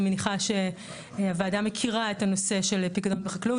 אני מניחה שהוועדה מכירה את הנושא של פיקדונות בחקלאות,